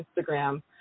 Instagram